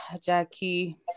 Jackie